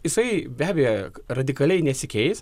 jisai be abejo radikaliai nesikeis